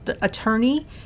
attorney